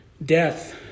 death